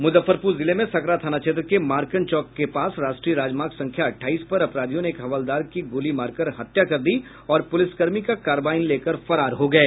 मुजफ्फरपुर जिले में सकरा थाना क्षेत्र के मारकन चौक के पास राष्ट्रीय राजमार्ग संख्या अठाईस पर अपराधियों ने एक हवलदार की गोली मारकर हत्या कर दी और पुलिसकर्मी का कार्बाइन लेकर फरार हो गये